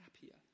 happier